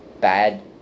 Bad